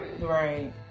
Right